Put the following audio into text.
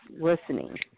listening